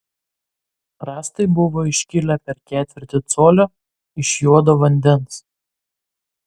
rąstai buvo iškilę per ketvirtį colio iš juodo vandens